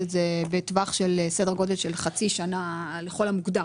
את זה בסדר גודל של חצי שנה לכל המוקדם.